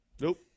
Nope